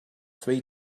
three